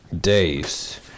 days